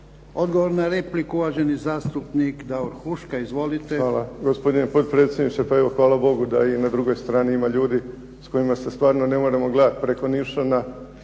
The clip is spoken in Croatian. Odgovor na repliku, uvaženi zastupnik Davor Huška. Izvolite. **Huška, Davor (HDZ)** Hvala gospodine potpredsjedniče. Pa evo, hvala Bogu da i na drugoj strani ima ljudi sa kojima se stvarno ne moramo gledati preko nišana